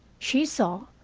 she saw,